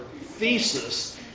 thesis